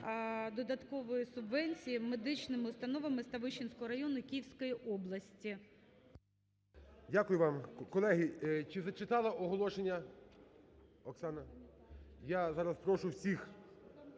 додаткової субвенції медичним установам Ставищенського району Київської області. 12:08:47 ГОЛОВУЮЧИЙ. Дякую вам. Колеги, чи зачитала оголошення Оксана? Я зараз прошу всіх,